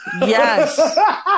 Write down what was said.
Yes